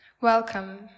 welcome